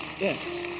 yes